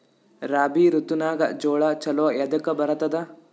ರಾಬಿ ಋತುನಾಗ್ ಜೋಳ ಚಲೋ ಎದಕ ಬರತದ?